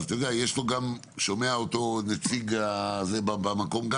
שומע אותו הנציג במקום.